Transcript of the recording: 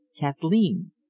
Kathleen